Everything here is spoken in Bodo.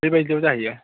बेबायदियाव जाहैयो